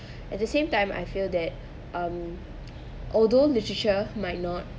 at the same time I feel that um although literature might not